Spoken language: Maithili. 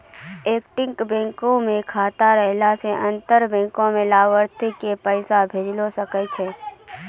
एक्के बैंको के खाता रहला से अंतर बैंक लाभार्थी के पैसा भेजै सकै छै